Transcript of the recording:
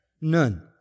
None